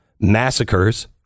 massacres